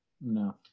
No